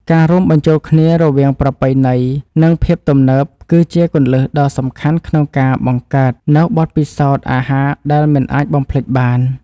ការរួមបញ្ចូលគ្នារវាងប្រពៃណីនិងភាពទំនើបគឺជាគន្លឹះដ៏សំខាន់ក្នុងការបង្កើតនូវបទពិសោធន៍អាហារដែលមិនអាចបំភ្លេចបាន។